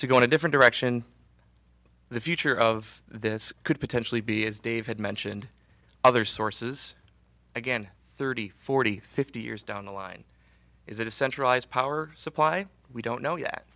to go in a different direction the future of this could potentially be as david mentioned other sources again thirty forty fifty years down the line is that a centralized power supply we don't know yet